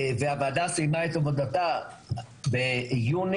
והוועדה סיימה את עבודתה ביוני,